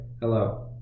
Hello